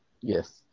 Yes